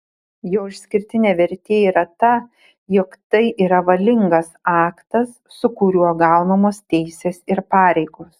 jo išskirtinė vertė yra ta jog tai yra valingas aktas su kuriuo gaunamos teisės ir pareigos